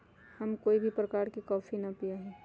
हम कोई भी प्रकार के कॉफी ना पीया ही